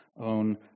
own